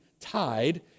tied